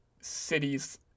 cities